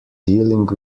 dealing